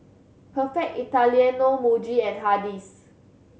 Perfect Italiano Muji and Hardy's